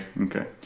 Okay